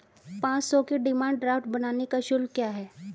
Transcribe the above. पाँच सौ के डिमांड ड्राफ्ट बनाने का शुल्क क्या है?